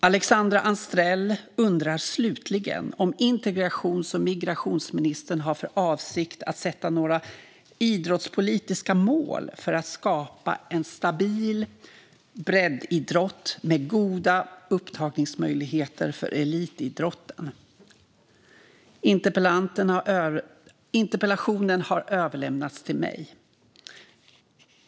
Alexandra Anstrell undrar slutligen om integrations och migrationsministern har för avsikt att sätta några idrottspolitiska mål för att skapa en stabil breddidrott med goda upptagningsmöjligheter för elitidrotten. Interpellationen har överlämnats till mig.